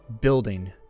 building